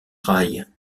rail